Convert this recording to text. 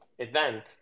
event